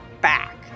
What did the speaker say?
back